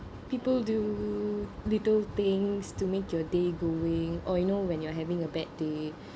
people do little things to make your day going or you know when you're having a bad day